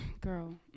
girl